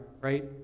right